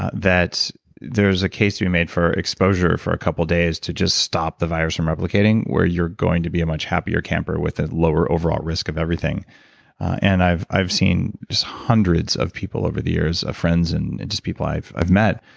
ah that there's a case to be made for exposure for a couple of days to just stop the virus from replicating, where you're going to be a much happier camper with a lower overall risk of everything and i've i've seen hundreds of people over the years, friends and just people i've i've met.